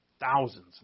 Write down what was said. thousands